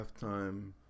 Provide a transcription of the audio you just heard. halftime